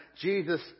Jesus